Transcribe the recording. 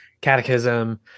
catechism